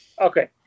Okay